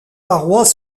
parois